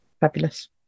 Fabulous